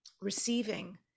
receiving